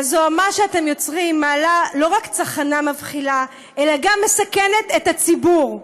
והזוהמה שאתם יוצרים מעלה לא רק צחנה מבחילה אלא גם מסכנת את הציבור.